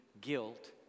guilt